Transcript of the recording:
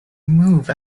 move